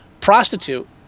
prostitute